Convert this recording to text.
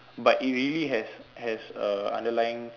but it really has has a underlying